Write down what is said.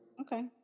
Okay